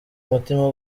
umutima